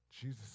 Jesus